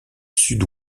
sud